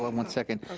one one second,